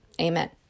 Amen